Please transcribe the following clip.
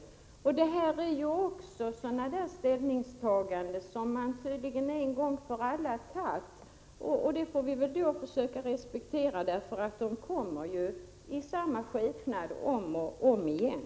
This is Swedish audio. Det är ställningstaganden som moderaterna tydligen har gjort en gång för alla, och det får vi väl då försöka respektera, för de kommer ju i samma skepnad om och om igen.